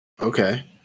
Okay